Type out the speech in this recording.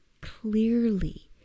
clearly